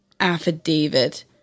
affidavit